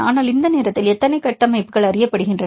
ஆனால் இந்த நேரத்தில் எத்தனை கட்டமைப்புகள் அறியப்படுகின்றன